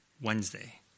Wednesday